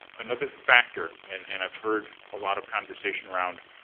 another factor, and and i've heard a lot of conversation around,